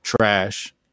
trash